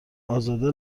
ازاده